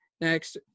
next